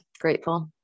grateful